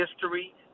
history